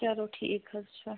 چَلو ٹھیٖک حظ چھُ